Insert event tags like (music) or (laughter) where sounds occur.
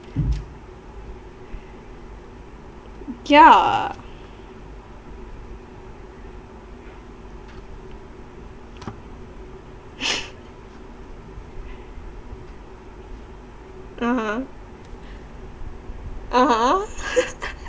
ya (laughs) (uh huh) (uh huh) (laughs)